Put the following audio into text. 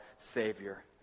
Savior